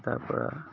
তাৰ পৰা